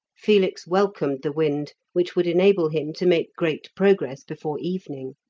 felix welcomed the wind, which would enable him to make great progress before evening.